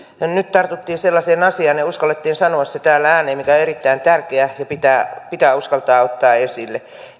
nyt tartuttiin sellaiseen asiaan ja uskallettiin sanoa se täällä ääneen mikä on erittäin tärkeä ja pitää uskaltaa ottaa esille